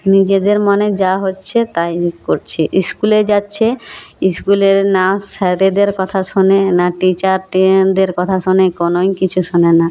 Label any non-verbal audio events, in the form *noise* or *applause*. নিজেদের মনে যা হচ্ছে তাই করছে স্কুলে যাচ্ছে স্কুলে না স্যারেদের কথা শোনে না টিচার *unintelligible* দের কথা শোনে কোনোই কিছু শোনে না